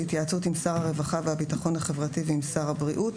בהתייעצות עם שר הרווחה והביטחון החברתי ועם שר הבריאות,